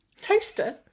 toaster